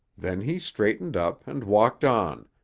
then he straightened up and walked on,